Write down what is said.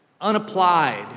unapplied